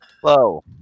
Hello